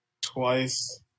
twice